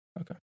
Okay